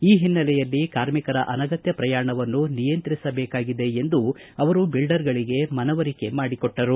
ಈ ಹಿನ್ನೆಲೆಯಲ್ಲಿ ಕಾರ್ಮಿಕರ ಅನಗತ್ತ ಪ್ರಯಾಣವನ್ನು ನಿಯಂತ್ರಿಸಬೇಕಾಗಿದೆ ಎಂದು ಅವರು ಬಿಲ್ಡರ್ಗಳಿಗೆ ಮನವರಿಕೆ ಮಾಡಿಕೊಟ್ಟರು